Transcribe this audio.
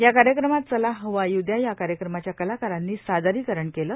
या कार्यक्रमात चला हवा येऊ द्याश या कार्यक्रमाच्या कलाकारांनी सादरीकरण केलं